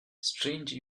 strange